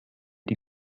die